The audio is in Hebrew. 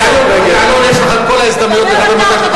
עם יעלון יש לך את כל ההזדמנויות לדבר מתי שאתה רוצה.